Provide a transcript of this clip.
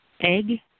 Egg